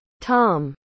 Tom